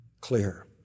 clear